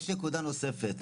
יש נקודה נוספת.